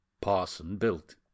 parson-built